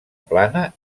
plana